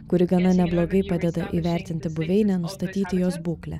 kuri gana neblogai padeda įvertinti buveinę nustatyti jos būklę